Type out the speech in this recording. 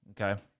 okay